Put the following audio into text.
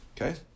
Okay